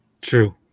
True